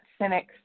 cynics